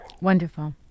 Wonderful